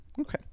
Okay